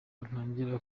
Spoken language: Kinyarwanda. ntangira